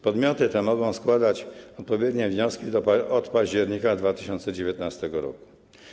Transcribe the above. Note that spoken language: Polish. Podmioty te mogą składać odpowiednie wnioski od października 2019 r.